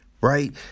Right